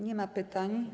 Nie ma pytań.